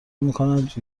میکند